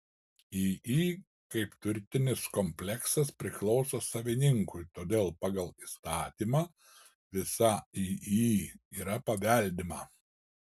iį kaip turtinis kompleksas priklauso savininkui todėl pagal įstatymą visa iį yra paveldima